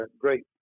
great